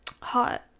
Hot